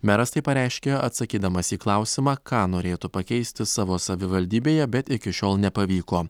meras tai pareiškė atsakydamas į klausimą ką norėtų pakeisti savo savivaldybėje bet iki šiol nepavyko